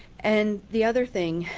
and the other thing